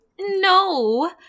no